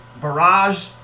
barrage